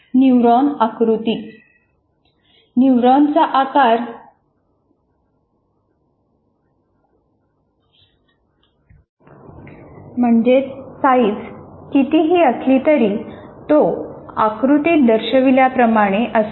neuron आकृती न्यूरॉनचा आकार कितीही असला तरी तो आकृतीत दर्शविल्याप्रमाणे असतो